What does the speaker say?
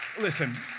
Listen